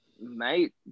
mate